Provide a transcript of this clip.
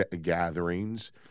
gatherings